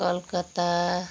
Calcutta